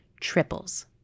triples